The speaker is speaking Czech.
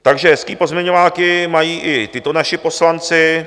Takže hezké pozměňováky mají i tito naši poslanci.